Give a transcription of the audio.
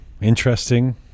interesting